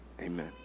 amen